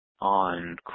on